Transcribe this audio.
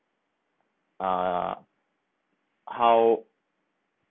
uh how